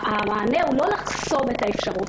המענה הוא לא לחסום את האפשרות.